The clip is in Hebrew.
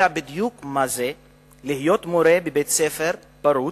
בדיוק מה זה להיות מורה בבית-ספר פרוץ,